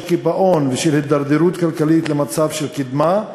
קיפאון ושל הידרדרות כלכלית למצב של קדמה,